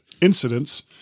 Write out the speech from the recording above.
incidents